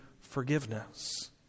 forgiveness